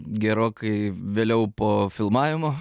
gerokai vėliau po filmavimo